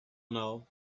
now